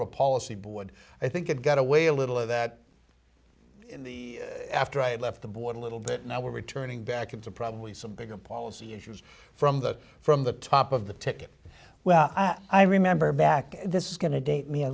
r a policy board i think it got away a little of that after right left the board a little bit now we're returning back into probably some bigger policy issues from the from the top of the ticket well i remember back this is going to date me a